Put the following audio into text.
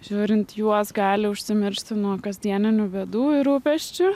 žiūrint juos gali užsimiršti nuo kasdieninių bėdų ir rūpesčių